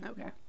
Okay